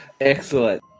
Excellent